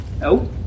No